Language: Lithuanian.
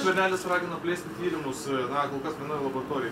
skvernelis paragino plėsti tyrimus na kol kas vienoj laboratorijoj